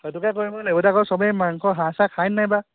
সেইটোকে কৰিব লাগিব এতিয়া আকৌ চবেই মাংস হাঁহ চাঁহ খাই নাই বা